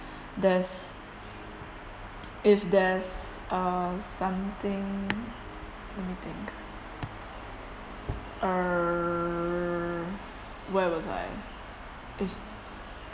there's if there's uh something let me think err where was I if